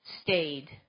stayed